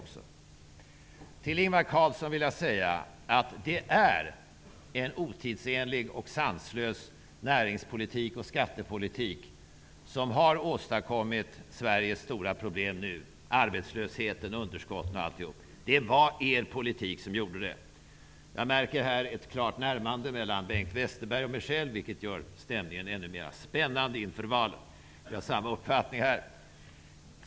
Till Ingvar Carlsson vill jag säga följande. Det är en otidsenlig och sanslös närings och skattepolitik som har åstadkommit Sveriges stora problem nu, dvs. arbetslösheten, underskotten osv. Det var er politik som gjorde det! Jag märker här ett klart närmande mellan Bengt Westerberg och mig själv, vilket gör stämningen ännu mera spännande inför valet. Vi har samma uppfattning på denna punkt.